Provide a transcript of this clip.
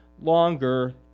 longer